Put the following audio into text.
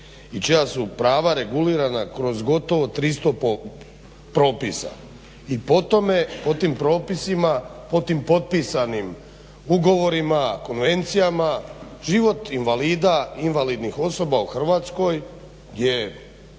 i čija su prava regulirana kroz gotovo 300 propisa i po tim propisima, po tim potpisanim ugovorima, konvencijama život invalida i invalidnih osoba u Hrvatskoj je